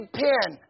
pen